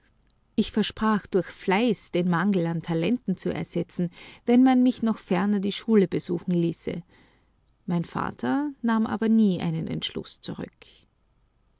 ich versprach durch fleiß den mangel an talenten zu ersetzen wenn man mich noch ferner die schule besuchen ließe mein vater nahm aber nie einen entschluß zurück